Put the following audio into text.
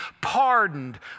pardoned